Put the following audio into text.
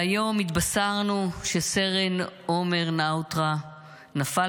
והיום התבשרנו שסרן עומר נאוטרה נפל